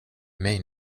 mig